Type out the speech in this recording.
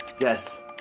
yes